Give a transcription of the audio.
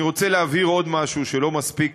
אני רוצה להבהיר עוד משהו שאינו מספיק